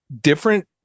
different